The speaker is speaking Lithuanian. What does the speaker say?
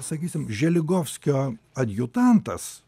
sakysim želigovskio adjutantas